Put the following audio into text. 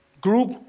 group